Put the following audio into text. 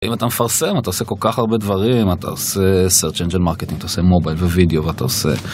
אם אתה מפרסם, אתה עושה כל כך הרבה דברים, אתה עושה Search Engine Marketing, אתה עושה מובייל ווידאו ואתה עושה...